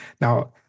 Now